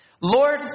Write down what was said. Lord